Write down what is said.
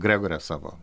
gregore savo